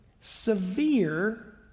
severe